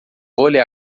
vôlei